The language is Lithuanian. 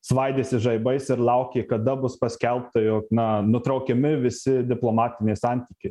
svaidėsi žaibais ir laukė kada bus paskelbta jog na nutraukiami visi diplomatiniai santykiai